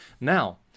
Now